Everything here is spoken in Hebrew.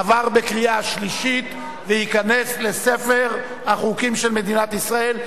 עברה בקריאה שלישית ותיכנס לספר החוקים של מדינת ישראל.